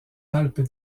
alpes